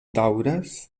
daŭras